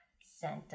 center